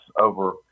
over